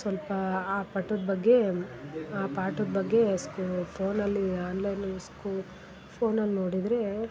ಸ್ವಲ್ಪ ಆ ಪಾಠದ್ ಬಗ್ಗೆ ಆ ಪಾಠದ ಬಗ್ಗೆ ಸ್ಕೂ ಫೋನಲ್ಲಿ ಆನ್ಲೈನ್ ಸ್ಕೂ ಫೋನಲ್ಲಿ ನೋಡಿದರೆ